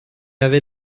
avait